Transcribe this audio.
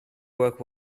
work